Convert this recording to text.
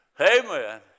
Amen